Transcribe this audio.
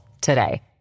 today